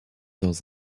dans